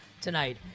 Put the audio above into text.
tonight